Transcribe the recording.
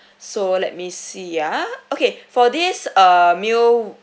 so let me see yeah okay for this uh meal